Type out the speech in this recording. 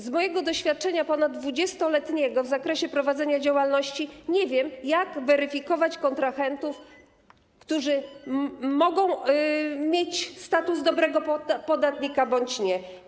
Z mojego doświadczenia, ponaddwudziestoletniego, w zakresie prowadzenia działalności nie wiem, jak weryfikować kontrahentów, którzy mogą mieć status dobrego podatnika bądź nie.